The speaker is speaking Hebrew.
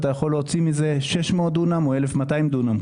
אתה יכול להוציא מזה 600 דונם או 1,200 דונם,